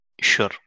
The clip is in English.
sure